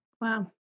Wow